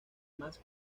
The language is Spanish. más